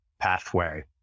pathway